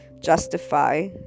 justify